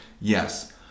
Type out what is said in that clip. yes